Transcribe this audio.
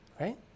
right